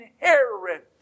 inherent